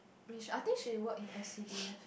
Mich I think she work in S_C_D_F